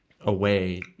away